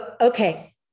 Okay